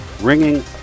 ringing